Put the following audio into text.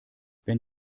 wenn